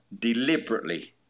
deliberately